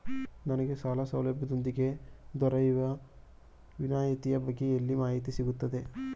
ನನಗೆ ಸಾಲ ಸೌಲಭ್ಯದೊಂದಿಗೆ ದೊರೆಯುವ ವಿನಾಯತಿಯ ಬಗ್ಗೆ ಎಲ್ಲಿ ಮಾಹಿತಿ ಸಿಗುತ್ತದೆ?